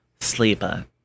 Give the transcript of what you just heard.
Sleeper